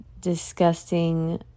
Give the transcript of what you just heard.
disgusting